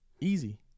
Easy